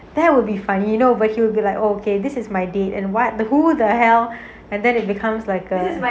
that will be funny that will make he be like okay this is my date and what the who the hell and then it becomes like a